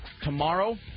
Tomorrow